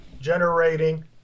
generating